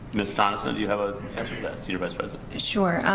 ms. tonnison, do you have a vice president? sure,